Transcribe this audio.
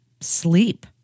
sleep